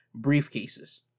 briefcases